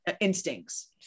instincts